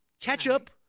Ketchup